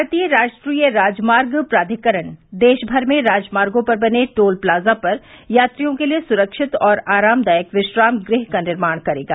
भारतीय राष्ट्रीय राजमार्ग प्राधिकरण देशभर में राजमार्गों पर बने टोल प्लाजा पर यात्रियों के लिए सुरक्षित और आरामदायक विश्राम गृह का निर्माण करेगा